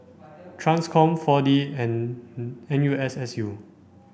TRANSCOM four D and N U S S U